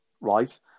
right